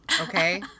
Okay